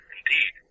Indeed